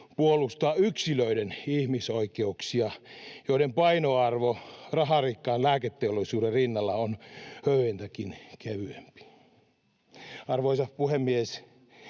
puolustaa yksilöiden ihmisoikeuksia, joiden painoarvo raharikkaan lääketeollisuuden rinnalla on höyhentäkin kevyempi. Arvoisa puhemies!